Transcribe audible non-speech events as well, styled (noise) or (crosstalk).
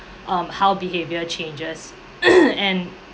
um how behaviour changes (noise) and